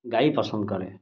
ଗାଈ ପସନ୍ଦ କରେ